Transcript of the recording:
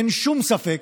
אין שום ספק